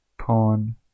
Pawn